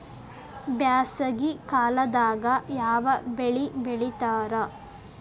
ಬ್ಯಾಸಗಿ ಕಾಲದಾಗ ಯಾವ ಬೆಳಿ ಬೆಳಿತಾರ?